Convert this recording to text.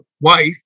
wife